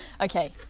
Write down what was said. okay